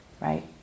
right